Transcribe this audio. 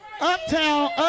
Uptown